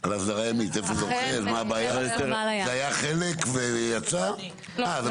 זה לא רק יביא להשקעות